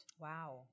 Wow